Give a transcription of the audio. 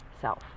self